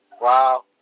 Wow